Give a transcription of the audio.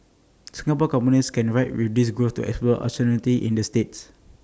Singapore companies can ride with this growth to explore opportunities in the states